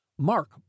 Mark